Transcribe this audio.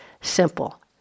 simple